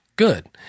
Good